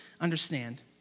understand